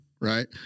Right